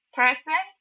person